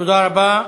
תודה רבה.